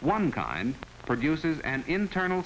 one kind produces an internal